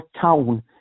town